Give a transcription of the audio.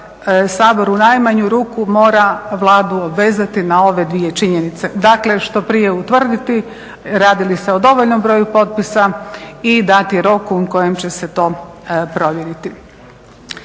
Sabor u najmanju ruku mora Vladu obvezati na ove dvije činjenice. Dakle što prije utvrditi radi li se o dovoljnom broju potpisa i dati rok u kojem će se to provjeriti.